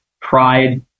pride